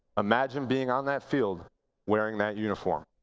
imagine being on that field wearing that uniform.